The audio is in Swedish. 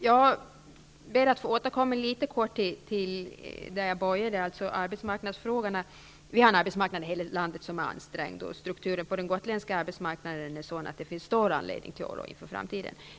Jag ber att litet kort få återkomma till det jag började med, dvs. arbetsmarknadsfrågorna. Vi har i hela landet en arbetsmarknad som är ansträngd, och strukturen på den gotländska arbetsmarknaden är sådan att det finns stor anledning till oro inför framtiden.